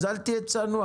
אז אל תהיה צנוע.